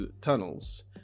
tunnels